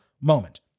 moment